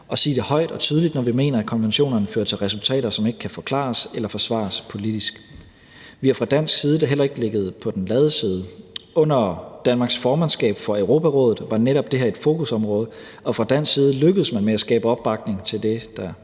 og sige det højt og tydeligt, når vi mener, at konventionerne fører til resultater, som ikke kan forklares eller forsvares politisk. Kl. 11:39 Vi har fra dansk side da heller ikke ligget på den lade side. Under Danmarks formandskab for Europarådet var netop det her et fokusområde, og fra dansk side lykkedes man med at skabe opbakning til det, der